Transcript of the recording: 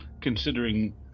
considering